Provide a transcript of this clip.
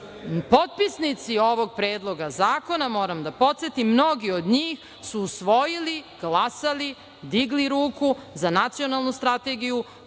potpisnici ovog predloga, mora da podsetim, mnogi od njih su usvojili, glasali, digli ruku za nacionalnu strategiju